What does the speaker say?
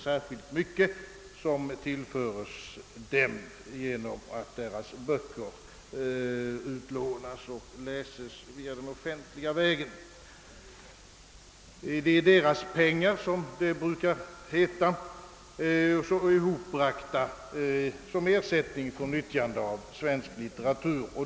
Särskilt mycket tillförs dem inte genom att deras böcker läses och utlånas den offentliga vägen. Det är emellertid deras pengar, som det brukar heta, hopbragta som ersättning för nyttjande av svensk litteratur.